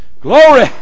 Glory